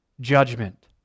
judgment